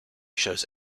shows